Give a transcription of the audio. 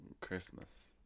Christmas